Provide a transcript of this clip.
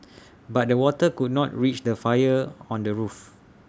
but the water could not reach the fire on the roof